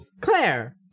Claire